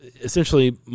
essentially